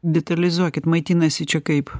detalizuokit maitinasi čia kaip